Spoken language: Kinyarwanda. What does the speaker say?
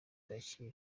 kacyiru